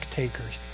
takers